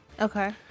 Okay